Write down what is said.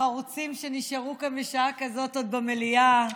החרוצים שנשארו כאן בשעה כזאת במליאה,